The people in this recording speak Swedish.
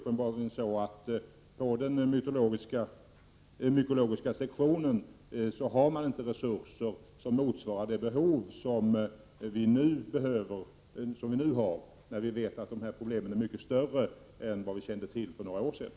På den mykologiska sektionen har man uppenbarligen inte resurser motsvarande de behov vi nu har, när vi vet att problemen är mycket större än vi kände till för några år sedan.